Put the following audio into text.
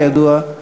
כידוע,